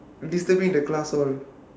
disturbing the class all